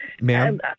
Ma'am